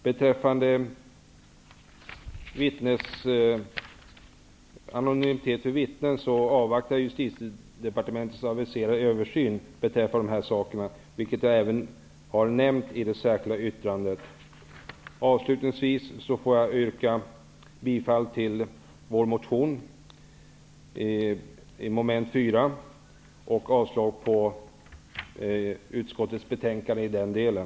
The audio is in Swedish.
Beträffande anonymitet för vittnen avvaktar jag Justitiedepartementets översyn, vilket jag även har nämnt i det särskilda yttrandet. Avslutningsvis vill jag yrka bifall till min reservation och avslag på utskottets hemställan i den delen.